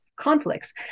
conflicts